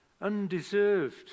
undeserved